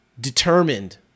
determined